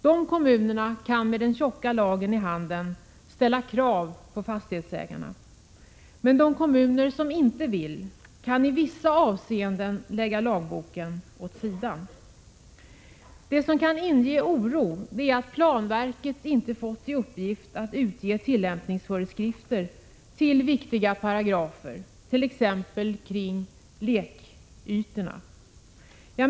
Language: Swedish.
Dessa kommuner kan med den tjocka lagen i handen ställa krav på fastighetsägarna, men de kommuner som inte vill kan i vissa avseenden lägga lagboken åt sidan. Det som inger oro är att planverket inte har fått i uppgift att utge tillämpningsföreskrifter till viktiga paragrafer, t.ex. om lekytorna.